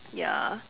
ya